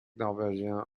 norvégien